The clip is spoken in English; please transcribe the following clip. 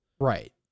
Right